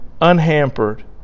unhampered